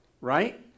right